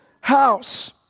house